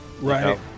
Right